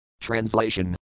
Translation